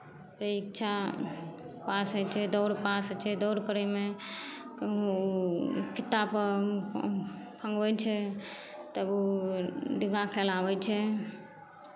परीक्षा पास होइ छै दौड़ पास होइ छै दौड़ करयमे कहूँ ओ खुट्टापर फङ्गबै छै तब ओ डिग्गा खेलाबै छै